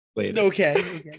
Okay